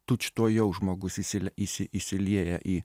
tučtuojau žmogus įsilie įsi įsilieja į